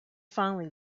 finally